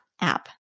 app